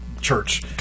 Church